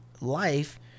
life